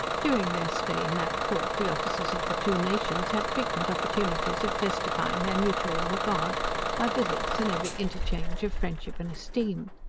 during their stay in that port, the officers of the two nations had frequent opportunities of testifying their mutual regard by visits, and every interchange of friendship and esteem.